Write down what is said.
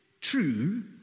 true